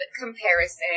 comparison